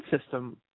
system